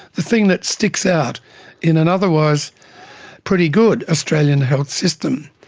the thing that sticks out in an otherwise pretty good australian health system.